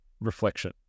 reflection